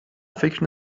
فکر